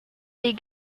les